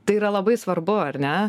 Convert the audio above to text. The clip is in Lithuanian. tai yra labai svarbu ar ne